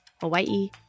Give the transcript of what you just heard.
Hawaii